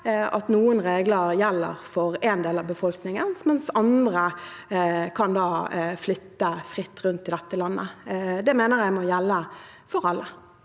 at noen regler gjelder for én del av befolkningen, mens andre kan flytte fritt rundt i dette landet. Det må gjelde for alle.